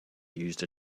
used